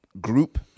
group